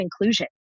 inclusion